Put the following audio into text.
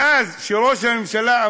מאז אמר את זה ראש הממשלה,